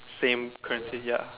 same price ya